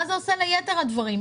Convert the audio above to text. מה זה עושה ליתר הדברים?